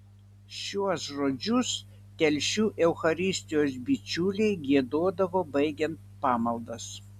šiuos žodžius telšių eucharistijos bičiuliai giedodavo baigiant pamaldas